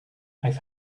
have